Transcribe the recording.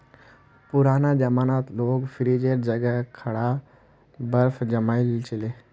पुराना जमानात लोग फ्रिजेर जगह घड़ा त बर्फ जमइ ली छि ले